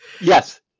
Yes